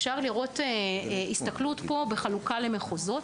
אפשר לראות הסתכלות בחלוקה למחוזות,